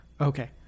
Okay